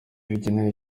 bigenewe